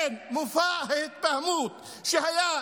כן, מופע ההתבהמות שהיה אתמול,